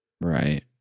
Right